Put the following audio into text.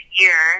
year